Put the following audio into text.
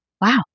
Wow